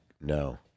no